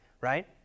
right